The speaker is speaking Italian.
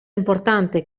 importante